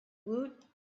woot